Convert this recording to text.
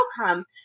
outcome